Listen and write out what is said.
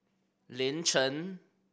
Lin Chen